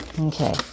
okay